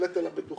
בהחלט על המדוכה.